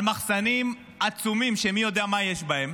על מחסנים עצומים, שמי יודע מה יש בהם,